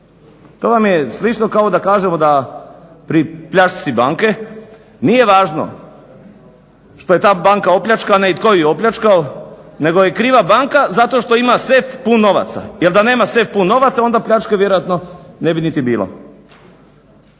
To vam je slično kao da kažemo da pri pljačci banke nije važno što je ta banka opljačkana i tko ju je opljačkao, nego je kriva banka zato što ima sef pun novaca. Jer da nema sef pun novaca onda pljačke vjerojatno ne bi niti bilo.